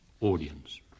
audience